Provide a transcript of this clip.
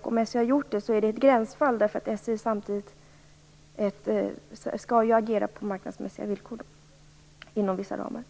Om SJ har gjort det är det ett gränsfall, eftersom SJ samtidigt skall agera på marknadsmässiga villkor inom vissa ramar.